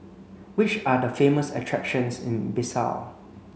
which are the famous attractions in Bissau